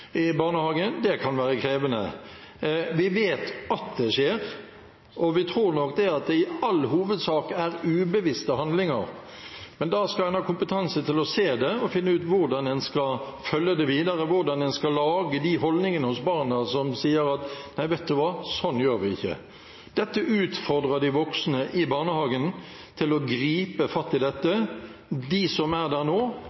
i barnehagen, kan være krevende. Vi vet at det skjer, og vi tror nok at det i all hovedsak er ubevisste handlinger, men da skal en ha kompetanse til å se det og finne ut hvordan en skal følge det videre, hvordan en skal skape de holdningene hos barna ved å si at nei, vet du hva, sånn gjør vi ikke. Dette utfordrer de voksne i barnehagen til å gripe fatt i dette, de som er der nå,